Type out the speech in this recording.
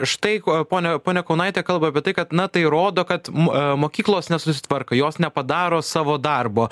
štai ko ponia ponia kaunaitė kalba apie tai kad na tai rodo kad m a mokyklos nesusitvarko jos nepadaro savo darbo